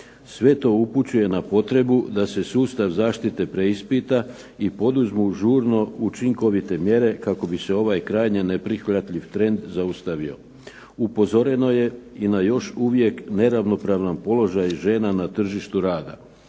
Sve to upućuje na potrebu da se sustav zaštite preispita i poduzmu žurno učinkovite mjere kako bi se ovaj krajnje neprihvatljiv trend zaustavio. Upozoreno je i na još uvijek neravnopravan položaj žena na tržištu rada,